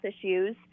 issues